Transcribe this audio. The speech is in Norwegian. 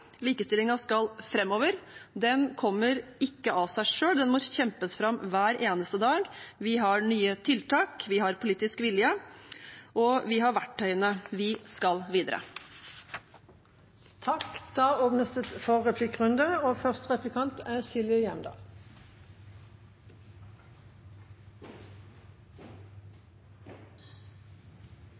skal framover, men den kommer ikke av seg selv; den må kjempes fram hver eneste dag. Vi har nye tiltak, vi har politisk vilje, og vi har verktøyene. Vi skal videre. Det blir replikkordskifte. Det